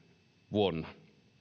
vuonna